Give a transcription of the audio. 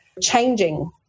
changing